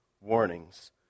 warnings